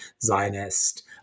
Zionist